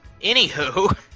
anywho